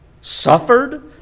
suffered